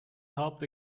helped